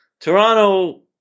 Toronto